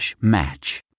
match